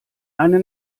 eine